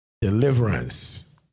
deliverance